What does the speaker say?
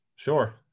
sure